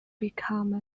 become